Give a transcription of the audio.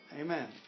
Amen